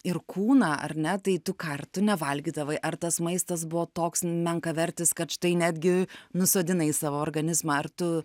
ir kūną ar ne tai tu ką ar tu nevalgydavai ar tas maistas buvo toks menkavertis kad štai netgi nusodinai savo organizmą ar tu